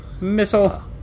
Missile